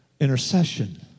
intercession